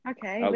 Okay